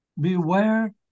Beware